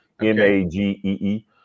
m-a-g-e-e